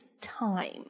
time